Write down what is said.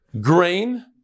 grain